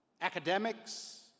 academics